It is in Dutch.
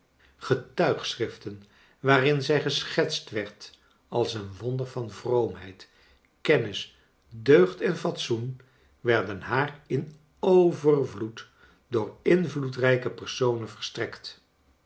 getuigschriften waarin zij geschetst werd als een wonder van vroomheid kermis deugd en fatsoen werden haar in overvloed door invloedrijke personen verstrekt